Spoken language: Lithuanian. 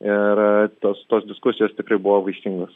ir tos tos diskusijos tikrai buvo vaisingos